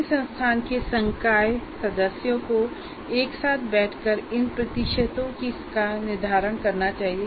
किसी संस्थान के संकाय सदस्यों को एक साथ बैठकर इन प्रतिशतों का निर्धारण करना चाहिए